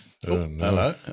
Hello